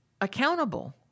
accountable